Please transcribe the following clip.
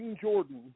Jordan